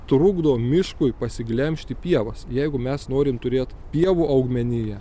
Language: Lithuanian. trukdo miškui pasiglemžti pievas jeigu mes norim turėt pievų augmeniją